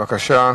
בבקשה.